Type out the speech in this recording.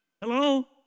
Hello